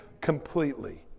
completely